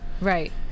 Right